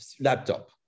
laptop